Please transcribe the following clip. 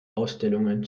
ausstellungen